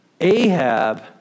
Ahab